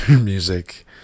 music